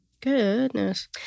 Goodness